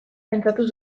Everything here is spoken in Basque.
pentsatu